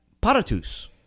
Paratus